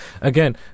again